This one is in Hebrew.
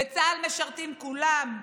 בצה"ל משרתים כולם: